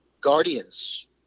guardians